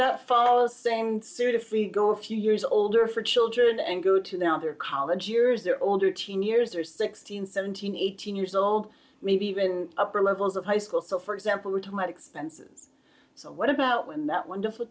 a follow same suit if we go a few years older for children and go to the other college years or older teen years or sixteen seventeen eighteen years old maybe even upper levels of high school so for example which might expenses so what about when that wonderful